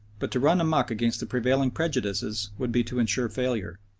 but to run amuck against the prevailing prejudices would be to ensure failure.